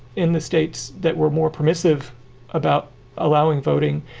in the states that were more permissive about allowing voting,